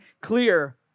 clear